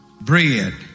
bread